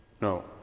No